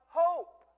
hope